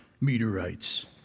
meteorites